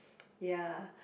ya